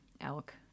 elk